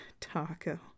taco